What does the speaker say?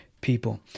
People